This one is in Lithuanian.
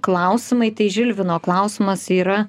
klausimai tai žilvino klausimas yra